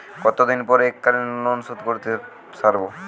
কতদিন পর এককালিন লোনশোধ করতে সারব?